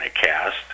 cast